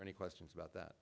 for any questions about that